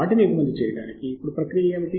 వాటిని ఎగుమతి చేయడానికి ఇప్పుడు ప్రక్రియ ఏమిటి